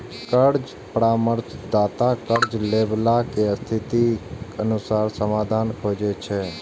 कर्ज परामर्शदाता कर्ज लैबला के स्थितिक अनुसार समाधान खोजै छै